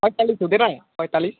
पैँतालिस हुँदैन पैँतालिस